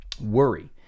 worry